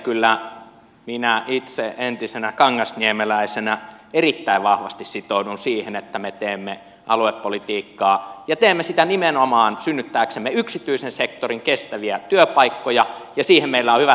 kyllä minä itse entisenä kangasniemeläisenä erittäin vahvasti sitoudun siihen että me teemme aluepolitiikkaa ja teemme sitä nimenomaan synnyttääksemme yksityisen sektorin kestäviä työpaikkoja ja siihen meillä on hyvät mekanismit